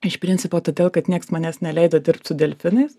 iš principo todėl kad nieks manęs neleido dirbt su delfinais